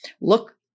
look